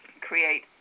create